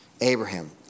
Abraham